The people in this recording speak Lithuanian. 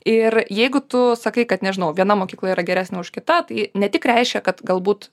ir jeigu tu sakai kad nežinau viena mokykla yra geresnė už kita tai ne tik reiškia kad galbūt